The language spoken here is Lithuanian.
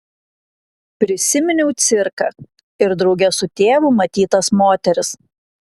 prisiminiau cirką ir drauge su tėvu matytas moteris